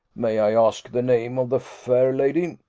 may i ask the name of the fair lady?